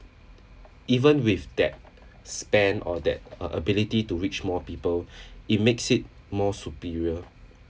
even with that span or that a~ ability to reach more people it makes it more superior